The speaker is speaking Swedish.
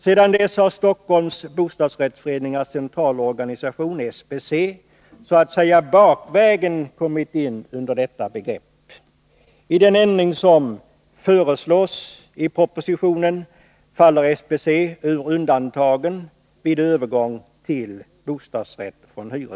Sedan dess har Stockholms bostadsrättsföreningars centralorganisation — SBC - så att säga bakvägen kommit in under detta begrepp. I den ändring som föreslås i propositionen faller SBC ur undantagen vid övergång till bostadsrätt.